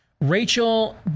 rachel